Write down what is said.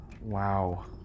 Wow